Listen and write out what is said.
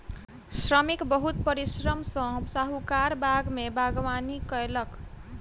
श्रमिक बहुत परिश्रम सॅ साहुकारक बाग में बागवानी कएलक